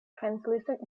translucent